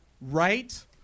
right